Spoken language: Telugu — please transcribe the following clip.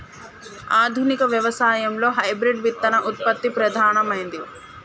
ఆధునిక వ్యవసాయం లో హైబ్రిడ్ విత్తన ఉత్పత్తి ప్రధానమైంది